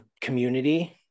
community